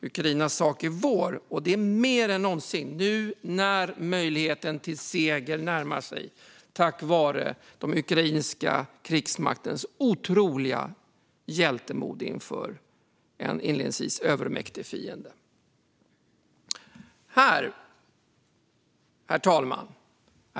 Ukrainas sak är vår, och detta nu mer än någonsin när möjligheten till seger närmar sig tack vare den ukrainska krigsmaktens otroliga hjältemod inför en inledningsvis övermäktig fiende. Herr talman!